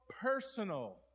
personal